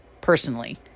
personally